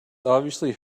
obviously